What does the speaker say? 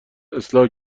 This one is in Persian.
اصلاح